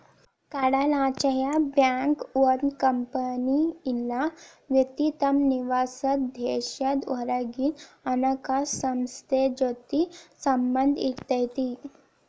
ಕಡಲಾಚೆಯ ಬ್ಯಾಂಕ್ ಒಂದ್ ಕಂಪನಿ ಇಲ್ಲಾ ವ್ಯಕ್ತಿ ತಮ್ ನಿವಾಸಾದ್ ದೇಶದ್ ಹೊರಗಿಂದ್ ಹಣಕಾಸ್ ಸಂಸ್ಥೆ ಜೊತಿ ಸಂಬಂಧ್ ಇರತೈತಿ